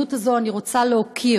בהזדמנות זו אני רוצה להוקיר